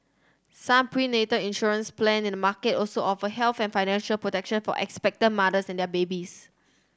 some prenatal insurance plan in the market also offer health and financial protection for expectant mothers and their babies